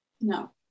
No